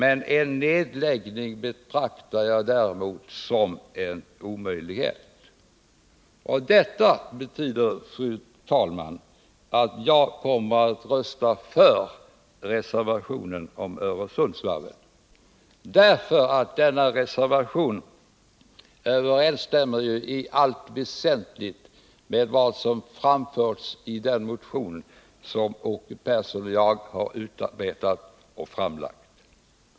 En nedläggning däremot betraktar jag som en omöjlighet. Detta betyder, fru talman, att jag kommer att rösta för reservationen om Öresundsvarvet. Denna överensstämmer i allt väsentligt med vad som 121 framförts i den motion som Åke Persson och jag har väckt.